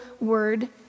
word